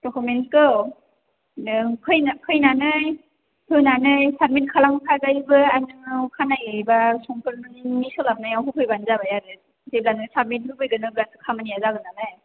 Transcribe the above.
डकुमेन्सखौ नों फैनानै होनानै साबमिट खालामखाजायोबो आरो नोङो अखानायै बा समफोर नोंनि सोलाबनायाव होफैबानो जाबाय आरो जेब्ला नों साबमिट होफैगोन अब्लानो खामानिया जागोन नालाय